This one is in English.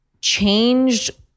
changed